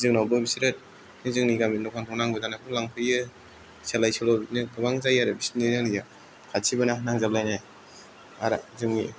जोंनावबो बिसोरो जोंनि गामिनि दखानफ्राव नांगौ जानायखौ लांफैयो सोलाय सोल' बिदिनो गोबां जायो आरो बिसोरनि गामिजों खाथिबोना नांजाब लायनाय आरो जोंनि